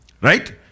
Right